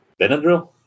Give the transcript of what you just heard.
Benadryl